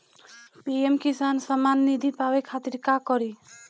PM Kisan Samman Nidhi पावे खातिर का करी?